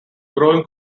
growing